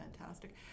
fantastic